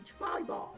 volleyball